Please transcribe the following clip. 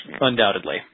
undoubtedly